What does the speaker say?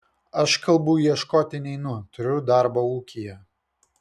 aš kalbų ieškoti neinu turiu darbo ūkyje